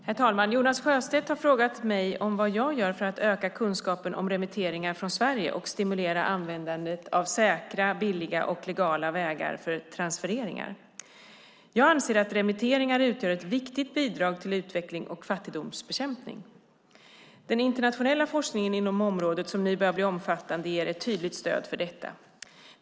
Herr talman! Jonas Sjöstedt har frågat mig om vad jag gör för att öka kunskapen om remitteringar från Sverige och stimulera användandet av säkra, billiga och legala vägar för transfereringar. Jag anser att remitteringar utgör ett viktigt bidrag till utveckling och fattigdomsbekämpning. Den internationella forskningen inom området, som nu börjar bli omfattande, ger ett tydligt stöd för detta.